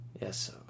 Yes